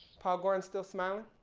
paul goren still smiling.